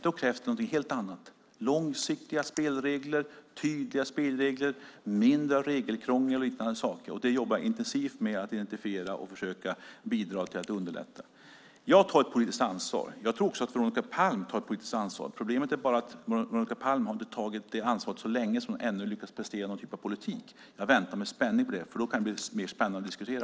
Då krävs det någonting helt annat. Det krävs långsiktiga och tydliga spelregler, mindre regelkrångel och liknande saker. Det jobbar jag intensivt med att identifiera för att försöka bidra till att underlätta byggandet av bostäder. Jag tar ett politiskt ansvar. Jag tror att också Veronica Palm tar ett politiskt ansvar. Problemet är bara att Veronica Palm inte har tagit detta ansvar så länge att hon har lyckats prestera någon typ av politik än. Jag väntar med spänning på det, för då kan det bli mer spännande att diskutera.